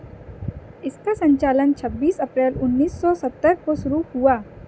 इसका संचालन छब्बीस अप्रैल उन्नीस सौ सत्तर को शुरू हुआ